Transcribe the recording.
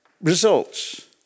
results